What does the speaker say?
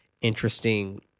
interesting